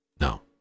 No